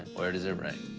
where does it rate?